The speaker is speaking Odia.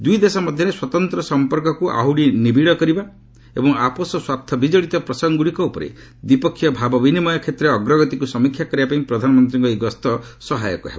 ଦୁଇ ଦେଶ ମଧ୍ୟରେ ସ୍ୱତନ୍ତ ସମ୍ପର୍କକୁ ଆହୁରି ନିବିଡ଼ କରିବା ଏବଂ ଆପୋଷ ସ୍ୱାର୍ଥ ବିକଡ଼ିତ ପ୍ରସଙ୍ଗଗୁଡ଼ିକ ଉପରେ ଦ୍ୱିପକ୍ଷୀୟ ଭାବ ବିନିମୟ କ୍ଷେତ୍ରରେ ଅଗ୍ରଗତିକୁ ସମୀକ୍ଷା କରିବାପାଇଁ ପ୍ରଧାନମନ୍ତ୍ରୀଙ୍କ ଏହି ଗସ୍ତ ସହାୟକ ହେବ